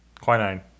Quinine